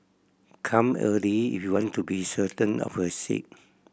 come early if you want to be certain of a seat